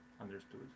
understood